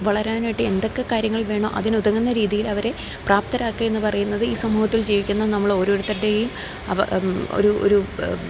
വളരാനായിട്ട് എന്തൊക്കെ കാര്യങ്ങൾ വേണോ അതിനൊതുങ്ങുന്ന രീതിയിൽ അവരെ പ്രാപ്തരാക്കുക എന്ന് പറയുന്നത് ഈ സമൂഹത്തിൽ ജീവിക്കുന്ന നമ്മളോരോരുത്തരുടേയും ഒരു ഒരു